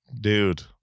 Dude